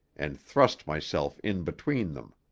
and thrust myself in between them.